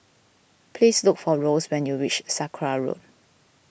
please look for Rose when you reach Sakra Road